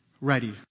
ready